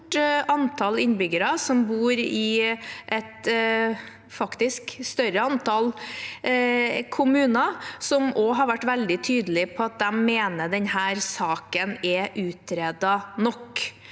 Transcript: det også et stort antall innbyggere som bor i et større antall kommuner, som har vært veldig tydelige på at de mener denne saken er utredet nok.